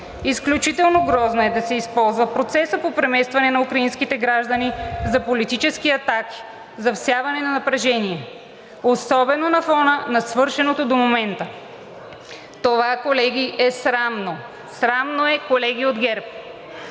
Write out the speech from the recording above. Изключително грозно е да се използва процесът по преместване на украинските граждани за политически атаки, за всяване на напрежение особено на фона на свършеното до момента. Колеги, това е срамно! Срамно е, колеги от ГЕРБ!